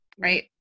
right